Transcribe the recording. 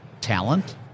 Talent